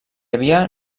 havia